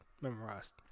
memorized